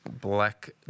Black